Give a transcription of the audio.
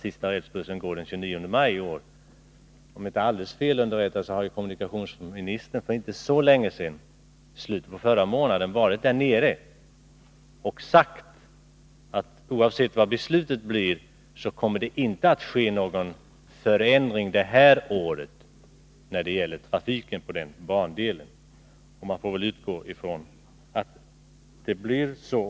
Om jag inte är fel underrättad heller på den punkten, har kommunikationsministern för inte så länge sedan varit i trakten och sagt att oavsett vad beslutet blir kommer det inte att ske någon förändring det här året när det gäller trafiken på den bandelen. Jag får väl utgå ifrån att det blir så.